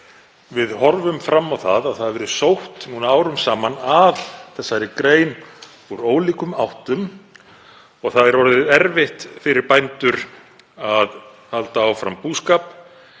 við horfum upp á að það hafi verið sótt núna árum saman að þessari grein úr ólíkum áttum og er orðið erfitt fyrir bændur að halda áfram búskap.